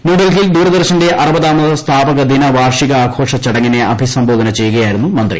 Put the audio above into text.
ന്യൂഡൽഹിയിൽ ദൂരദർശന്റെ അറുപതാമത് സ്ഥാപകദിന വാർഷികാഘോഷ ചടങ്ങിനെ അഭിസംബോധന ചെയ്യുകയായിരുന്നു മന്ത്രി